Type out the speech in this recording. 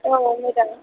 औ मेदाम